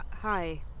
Hi